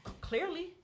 Clearly